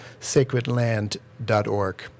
sacredland.org